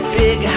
big